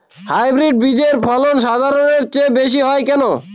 Hybrid বীজের ফলন সাধারণের চেয়ে বেশী হয় কেনো?